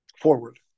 forward